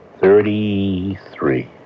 Thirty-three